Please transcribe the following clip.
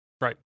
right